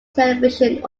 television